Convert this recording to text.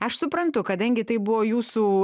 aš suprantu kadangi tai buvo jūsų